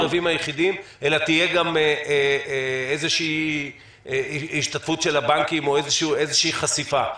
אלא תהיה גם איזו השתתפות של הבנקים או איזו חשיפה.